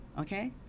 okay